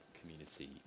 community